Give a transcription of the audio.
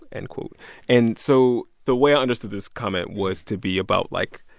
end quote and so the way i understood this comment was to be about like,